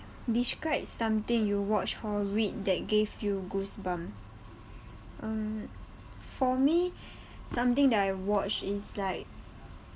describe something you watch or read that gave you goosebumps um for me something that I watch is like